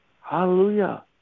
Hallelujah